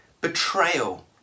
betrayal